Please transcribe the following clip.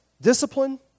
discipline